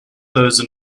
those